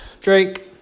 Drake